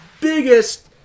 biggest